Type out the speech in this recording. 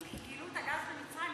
גילו את הגז במצרים,